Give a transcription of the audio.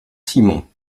simon